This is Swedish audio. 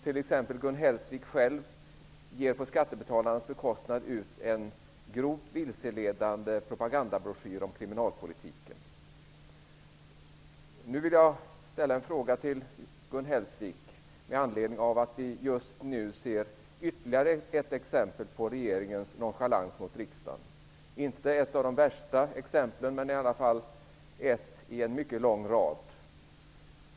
T.ex. Gun Hellsvik själv ger på skattebetalarnas bekostnad ut en grovt vilseledande propagandabroschyr om kriminalpolitiken. Det är inte ett av de värsta exemplen, men i alla fall ett i en mycket lång rad.